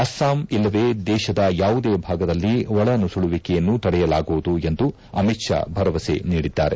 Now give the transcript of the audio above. ಅಸ್ಸಾಂ ಇಲ್ಲವೆ ದೇಶದ ಯಾವುದೇ ಭಾಗದಲ್ಲಿ ಒಳನುಸುಳುವಿಕೆಯನ್ನು ತಡೆಯಲಾಗುವುದು ಎಂದು ಅಮಿತ್ ಷಾ ಭರವಸೆ ನೀಡಿದ್ದಾರೆ